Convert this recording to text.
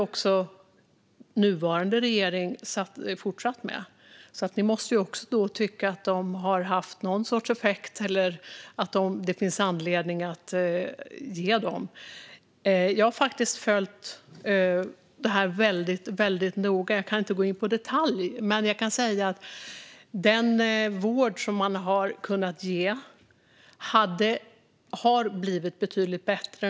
Även nuvarande regering har fortsatt med dem, så ni måste ju tycka att de har haft något slags effekt eller att det finns anledning att ge dem. Jag har följt detta väldigt noga. Jag kan inte gå in på det i detalj, men jag kan säga att den vård som man har kunnat ge har blivit betydligt bättre.